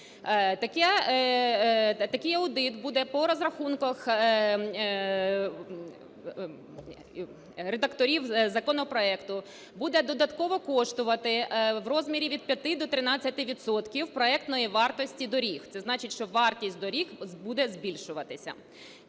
Такий аудит буде по розрахунках редакторів законопроекту, буде додатково коштувати в розмірі від 5 до 15 відсотків проектної вартості доріг. Це значить, що вартість доріг буде збільшуватися